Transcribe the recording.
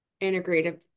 integrative